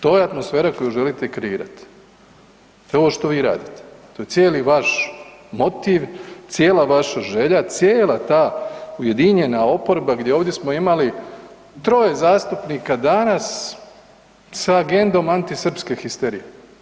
To je atmosfera koju želite kreirati, to je ovo što vi radite, to je cijeli vaš motiv, cijela vaša želja, cijela ta ujedinjena oporba gdje ovdje smo imali troje zastupnika danas sa agendom antisrpske histerije.